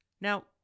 Now